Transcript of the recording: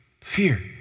Fear